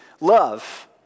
love